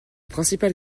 principale